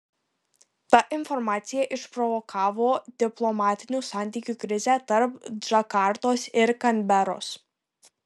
ta informacija išprovokavo diplomatinių santykių krizę tarp džakartos ir kanberos